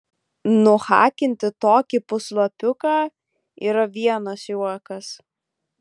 nuhakinti tokį puslapiuką yra vienas juokas